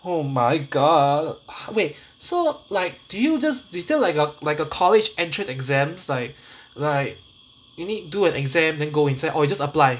oh my god wait so like do you just is there like a like a college entrance exams like like you need do an exam then go inside or you just apply